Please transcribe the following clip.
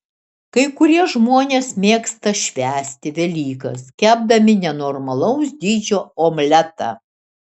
kai kurie žmonės mėgsta švęsti velykas kepdami nenormalaus dydžio omletą